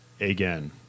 again